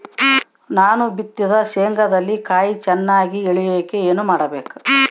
ನಾನು ಬಿತ್ತಿದ ಶೇಂಗಾದಲ್ಲಿ ಕಾಯಿ ಚನ್ನಾಗಿ ಇಳಿಯಕ ಏನು ಮಾಡಬೇಕು?